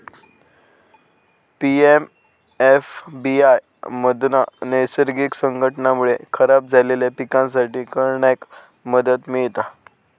PMFBY मधना नैसर्गिक संकटांमुळे खराब झालेल्या पिकांसाठी करणाऱ्याक मदत मिळता